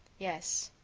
yes,